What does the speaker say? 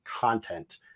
content